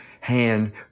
hand